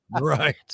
Right